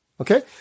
Okay